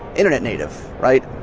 internet native, right?